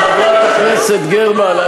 חברת הכנסת גרמן,